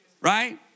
Right